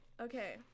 Okay